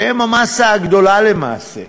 הן המאסה הגדולה למעשה,